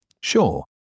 Sure